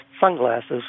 sunglasses